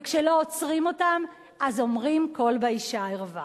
וכשלא עוצרים אותם, אז אומרים "קול באשה ערווה".